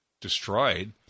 destroyed